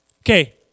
Okay